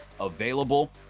available